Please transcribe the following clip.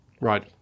Right